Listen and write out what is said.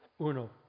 uno